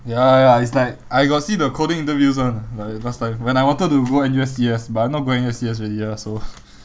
ya ya ya it's like I got see the coding interviews [one] like last time when I wanted to go N_U_S C_S but I not going C_S already ah so